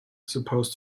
supposed